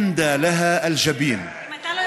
(אומר בערבית: מה אמרת?) ינדא להא אל-ג'בין.